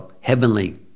heavenly